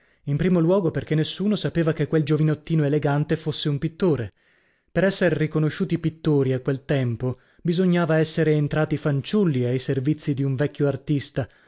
in primo luogo perchè nessuno sapeva che quel giovinottino elegante fosse un pittore per esser riconosciuti pittori a quel tempo bisognava essere entrati fanciulli ai servizi di un vecchio artista